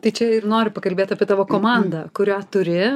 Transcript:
tai čia ir noriu pakalbėt apie tavo komandą kurią turi